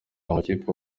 amakipe